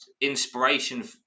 inspiration